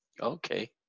Okay